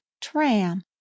Tram